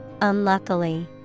unluckily